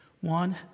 One